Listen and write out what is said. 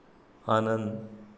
आनंद